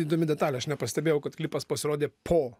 įdomi detalė aš nepastebėjau kad klipas pasirodė po